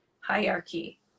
hierarchy